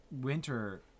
winter